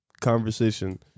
conversation